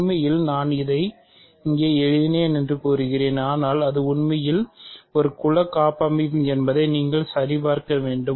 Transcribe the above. உண்மையில் நான் இதை இங்கே எழுதினேன் என்று கூறுகிறேன் ஆனால் அது உண்மையில் ஒரு குல காபமைவியம் என்பதை நீங்கள் சரிபார்க்க வேண்டும்